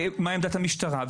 ומה עמדת המשטרה,